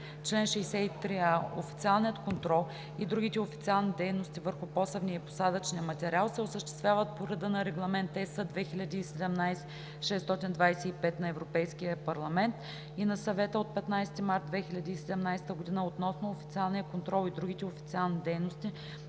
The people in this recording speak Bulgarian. „Чл. 63а. Официалният контрол и другите официални дейности върху посевния и посадъчния материал се осъществяват по реда на Регламент (EС) 2017/625 на Европейския парламент и на Съвета от 15 март 2017 г. относно официалния контрол и другите официални дейности,